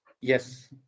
Yes